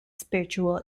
spiritual